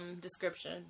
description